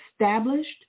established